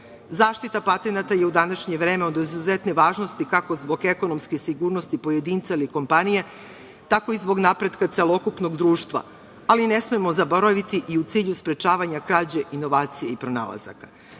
Zaštita patenata je u današnje vreme od izuzetne važnosti kako zbog ekonomske sigurnosti pojedinca ili kompanija, tako i zbog napretka celokupnog društva, ali ne smemo zaboraviti i u cilju sprečavanja krađe inovacije i pronalazaka.